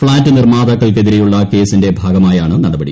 flat നിർമ്മാതാക്കൾക്കെതിരെയുള്ള കേസിന്റെ ഭാഗമായാണ് നടപടി